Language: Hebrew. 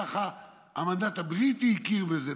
ככה המנדט הבריטי הכיר בזה,